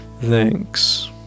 Thanks